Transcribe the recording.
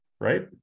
right